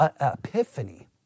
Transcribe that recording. epiphany